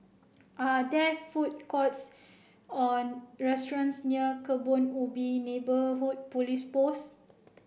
are there food courts or restaurants near Kebun Ubi Neighbourhood Police Post